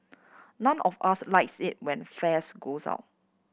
none of us likes it when fares goes up